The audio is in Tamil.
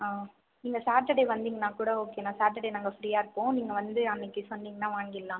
ஆ இந்த சாட்டர்டே வந்திங்கன்னா கூட ஓகேண்ணா சாட்டர்டே நாங்கள் ஃப்ரீயாக இருப்போம் நீங்கள் வந்து அன்னைக்கி சொன்னிங்கன்னா வாங்கிடலாம்